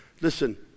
Listen